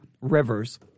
rivers